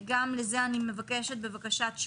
גם לזה אני אבקש תשובות.